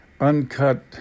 uncut